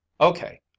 okay